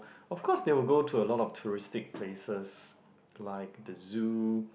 of course they will go to a lot of touristic places like the zoo